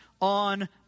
on